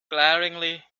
glaringly